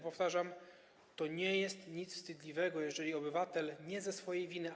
Powtarzam, to nie jest nic wstydliwego, jeżeli obywatel nie ze swojej winy.